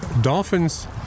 dolphins